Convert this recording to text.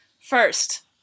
First